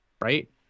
Right